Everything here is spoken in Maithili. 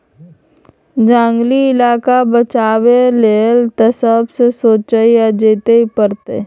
जंगली इलाका बचाबै लेल तए सबके सोचइ आ चेतै परतै